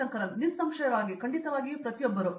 ಶಂಕರನ್ ನಿಸ್ಸಂಶಯವಾಗಿ ಖಂಡಿತವಾಗಿಯೂ ಪ್ರತಿಯೊಬ್ಬರೂ